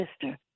sister